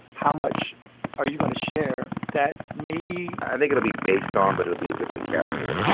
how much are you going to share that maybe. i think it'll be based on but it'll be a different character,